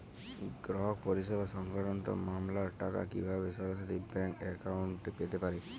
গ্রাহক পরিষেবা সংক্রান্ত মামলার টাকা কীভাবে সরাসরি ব্যাংক অ্যাকাউন্টে পেতে পারি?